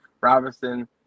Robinson